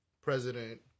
president